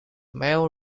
male